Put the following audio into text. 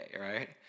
right